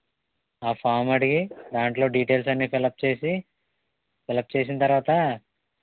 ఆ ఫార్మ్ అడిగి దాంట్లో డీటెయిల్స్ అన్నీ ఫిలప్ చేసి ఫిలప్ చేసిన తరువాత